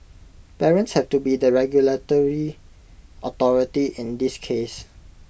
parents have to be the 'regulatory authority' in this case